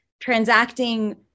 transacting